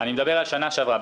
אני דיברתי רק על שנה שעברה,